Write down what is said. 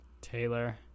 Taylor